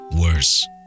Worse